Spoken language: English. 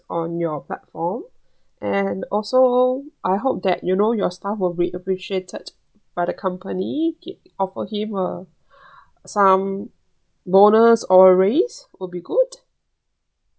on your platform and also I hope that you know your staff will be appreciated by the company gi~ offer him a some bonus or raise will be good